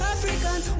African